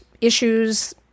issues